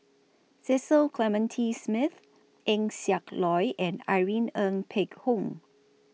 Cecil Clementi Smith Eng Siak Loy and Irene Ng Phek Hoong